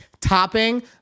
topping